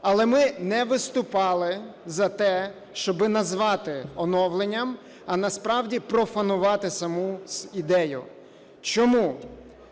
Але ми не виступали за те, щоби назвати оновленням, а насправді профанувати саму ідею. Чому?